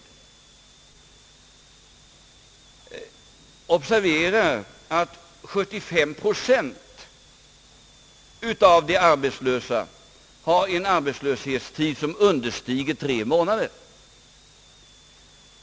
Det är att observera att 75 procent av de arbetslösa har en arbetslöshetstid, som understiger tre månader.